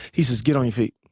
he says, get on your feet.